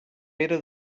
pere